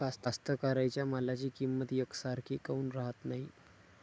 कास्तकाराइच्या मालाची किंमत यकसारखी काऊन राहत नाई?